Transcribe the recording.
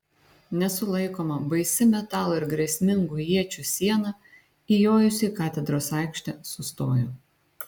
nesulaikoma baisi metalo ir grėsmingų iečių siena įjojusi į katedros aikštę sustojo